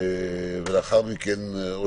לאחר מכן או